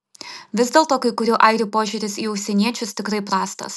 vis dėlto kai kurių airių požiūris į užsieniečius tikrai prastas